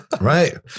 Right